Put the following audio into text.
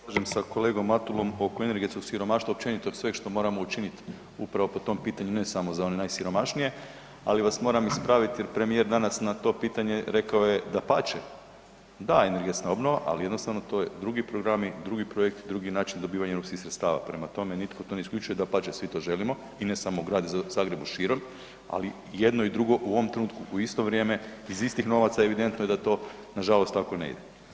sa kolegom Matulom oko energetskog siromaštva i općenito sveg što moramo učiniti upravo po tom pitanju i ne samo za one najsiromašnije ali vas moram ispraviti jer premijer danas na to pitanje rekao je dapače, da energetska obnova ali jednostavno to je drugi programi, drugi projekt, drugi način dobivanja europskih sredstava, prema tome nitko to ne isključuje, dapače, svi to želimo i ne samo grad Zagreb nego i šire ali jedno i drugo u ovom trenutku u isto vrijeme, iz istih novaca, evidentno je da to nažalost tako ne ide.